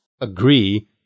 agree